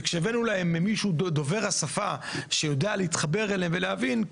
וכשהבאנו להם מישהו דובר השפה שיודע להתחבר אליהם ולהבין,